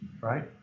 right